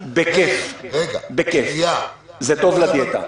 בכייף, זה טוב לדיאטה.